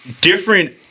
Different